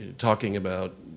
talking about